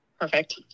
Perfect